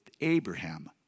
Abraham